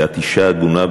ואת אישה הגונה,